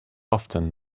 often